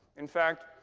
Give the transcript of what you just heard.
in fact,